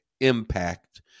impact